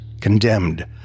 condemned